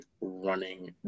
running